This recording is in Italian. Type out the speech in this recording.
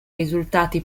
risultati